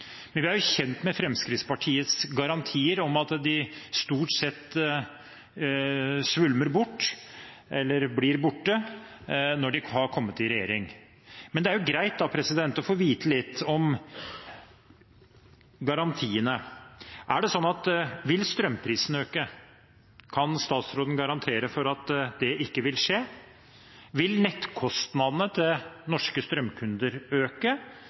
Men vi er kjent med Fremskrittspartiets garantier og at de stort sett ble borte da man kom i regjering. Men det er greit å få vite litt om garantiene. Vil strømprisen øke, eller kan statsråden garantere for at det ikke vil skje? Vil nettkostnadene til norske strømkunder øke,